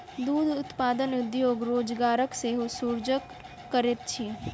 दूध उत्पादन उद्योग रोजगारक सेहो सृजन करैत अछि